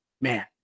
man